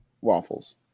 Waffles